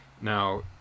Now